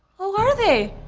oh, are they?